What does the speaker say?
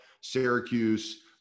Syracuse